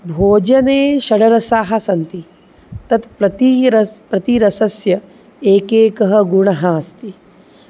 भोजने षड्रसाः सन्ति तत् प्रतिरसं प्रतिरसस्य एकैकः गुणः अस्ति